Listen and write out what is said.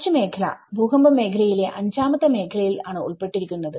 കച്ച് മേഖല ഭൂകമ്പ മേഖലയിലെ അഞ്ചാമത്തെ മേഖല യിൽ ആണ് ഉൾപ്പെട്ടിരിക്കുന്നത്